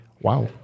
Wow